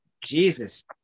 Jesus